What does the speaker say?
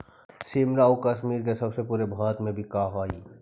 शिमला आउ कश्मीर के सेब पूरे भारत में बिकऽ हइ